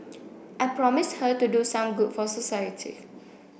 I promised her to do some good for society